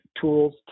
tools